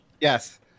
Yes